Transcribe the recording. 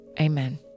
amen